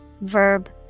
Verb